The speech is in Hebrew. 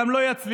גם לא יצליחו.